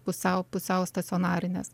pusiau pusiau stacionarinės